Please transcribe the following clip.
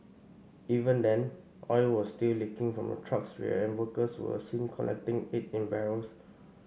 even then oil was still leaking from the truck's rear and workers were seen collecting it in barrels